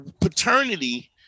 paternity